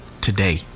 today